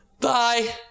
Bye